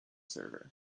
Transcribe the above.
server